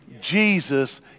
Jesus